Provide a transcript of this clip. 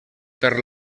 per